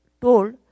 told